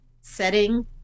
setting